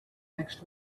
next